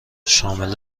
شامل